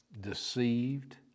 deceived